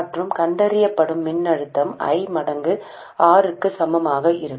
மற்றும் கண்டறியப்படும் மின்னழுத்தம் I மடங்கு R க்கு சமமாக இருக்கும்